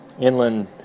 inland